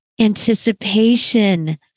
anticipation